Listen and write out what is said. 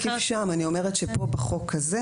המשמעות של עבודה היא